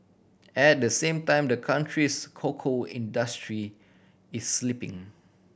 at the same time the country's cocoa industry is slipping